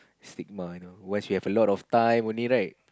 stigma you know once you have a lot of time only right